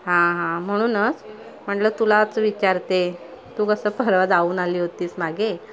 हां हां म्हणूनच म्हणलं तुलाच विचारते तू कसं परवा जाऊन आली होतीस मागे